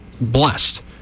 blessed